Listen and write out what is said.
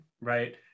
right